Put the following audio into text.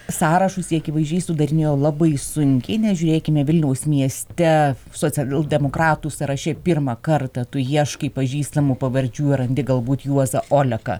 sąrašus jie akivaizdžiai sudarinėjo labai sunkiai nežiūrėkime vilniaus mieste socialdemokratų sąraše pirmą kartą tu ieškai pažįstamų pavardžių randi galbūt juozą oleką